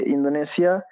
Indonesia